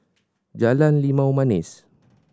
Jalan Limau Manis